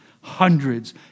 hundreds